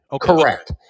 Correct